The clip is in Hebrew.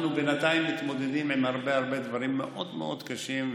בינתיים אנחנו מתמודדים עם הרבה הרבה דברים מאוד מאוד קשים,